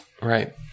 Right